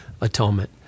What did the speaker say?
atonement